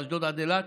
אשדוד עד אילת,